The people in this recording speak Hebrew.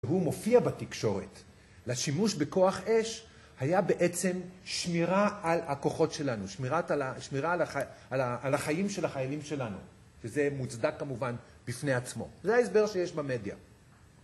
הוא מופיע בתקשורת, לשימוש בכוח אש, היה בעצם שמירה על הכוחות שלנו, שמירה על החיים של החיילים שלנו. וזה מוצדק כמובן בפני עצמו. זה ההסבר שיש במדיה.